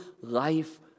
life